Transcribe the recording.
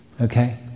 okay